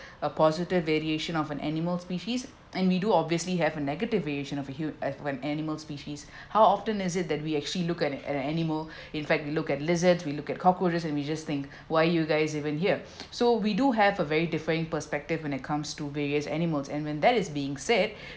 a positive variation of an animal species and we do obviously have a negative variation of a hu~ uh of an animal species how often is it that we actually look at at an animal in fact looked at lizards we look at cockroaches and we just think why you guys even here so we do have a very different perspective when it comes to various animals and when that is being said